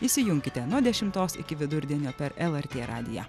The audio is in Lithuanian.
įsijunkite nuo dešimtos iki vidurdienio per lrt radiją